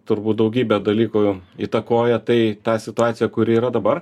turbūt daugybė dalykų įtakoja tai tą situaciją kuri yra dabar